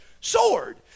sword